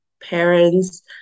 parents